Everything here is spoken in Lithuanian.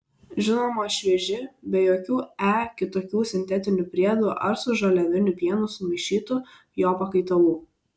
žinoma švieži be jokių e kitokių sintetinių priedų ar su žaliaviniu pienu sumaišytų jo pakaitalų